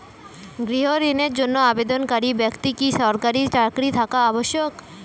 গৃহ ঋণের জন্য আবেদনকারী ব্যক্তি কি সরকারি চাকরি থাকা আবশ্যক?